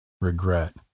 regret